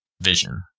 vision